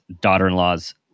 daughter-in-law's